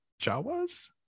jawas